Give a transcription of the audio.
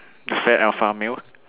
you fat alpha male